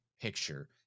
picture